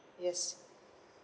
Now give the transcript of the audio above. yes